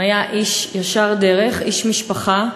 הוא היה איש ישר דרך, איש משפחה,